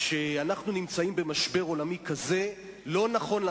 איך אנחנו, שאנחנו אור לגויים ופנס